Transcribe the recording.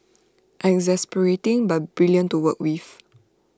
exasperating but brilliant to work with